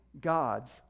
God's